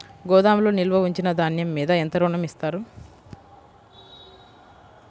గోదాములో నిల్వ ఉంచిన ధాన్యము మీద ఎంత ఋణం ఇస్తారు?